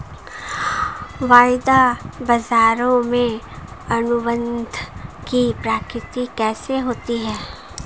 वायदा बाजारों में अनुबंध की प्रकृति कैसी होती है?